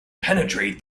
penetrate